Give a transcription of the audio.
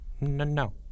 no